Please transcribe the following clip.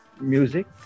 music